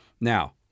Now